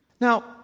Now